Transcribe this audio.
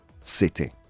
city